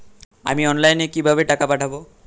আমি অনলাইনে কিভাবে টাকা পাঠাব?